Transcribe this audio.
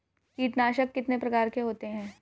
कीटनाशक कितने प्रकार के होते हैं?